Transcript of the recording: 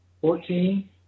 Fourteen